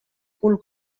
cul